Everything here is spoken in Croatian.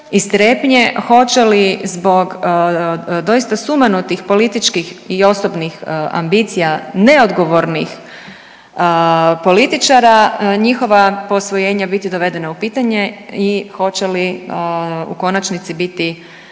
hoće li zbog doista sumanutih političkih i osobnih ambicija neodgovornih političara njihova posvojenja biti dovedena u pitanje i hoće li u konačnici biti